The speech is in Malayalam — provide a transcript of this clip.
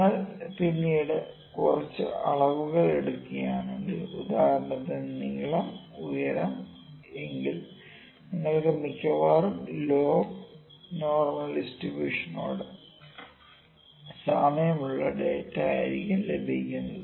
നിങ്ങൾ പിന്നീട് കുറച്ച് അളവുകൾ എടുക്കുകയാണെങ്കിൽ ഉദാഹരണത്തിന് നീളം ഉയരം എങ്കിൽ നിങ്ങൾക്കു മിക്കവാറും ലോഗ് നോർമൽ ഡിസ്ട്രിബൂഷനോട് സാമ്യമുള്ള ഡാറ്റാ ആയിരിക്കും ലഭിക്കുന്നത്